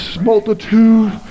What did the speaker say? multitude